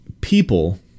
people